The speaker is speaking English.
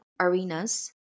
arenas